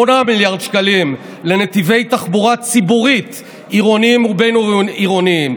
8 מיליארד שקלים לנתיבי תחבורה ציבורית עירוניים ובין-עירוניים.